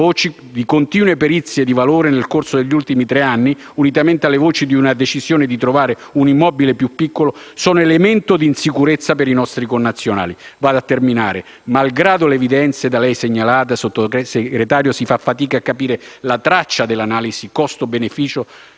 voci di continue perizie di valore nel corso degli ultimi tre anni, unitamente alle voci di una decisione di trovare un immobile più piccolo, sono elemento di insicurezza per i connazionali. Signor Sottosegretario, malgrado le evidenze da lei segnalate, si fatica a capire la traccia dell'analisi costi-benefici